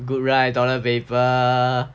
good [right] toilet paper